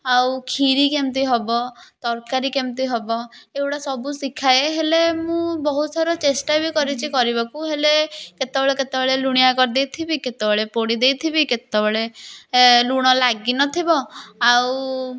ଆଉ ଖିରୀ କେମିତି ହେବ ତରକାରୀ କେମିତି ହଁ ଏଗୁଡ଼ା ବହୁତ୍ ଥର ଶିଖାଏ ହେଲେ ମୁଁ ବହୁତ୍ ଥର ଚେଷ୍ଟା ବି କରିଛି କରିବାକୁ ହେଲେ କେତେବେଳେ ଲୁଣିଆ କରିଦେଇଥିବି କେତେବେଳେ ପୋଡ଼ି ଦେଇଥିବି କେତେବେଳେ ଲୁଣ ଲାଗି ନ ଥିବ ଆଉ